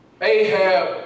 Ahab